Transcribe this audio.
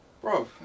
Bro